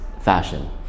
fashion